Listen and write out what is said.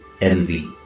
envy